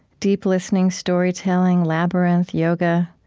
deep listening, storytelling, labyrinth, yoga,